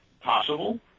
possible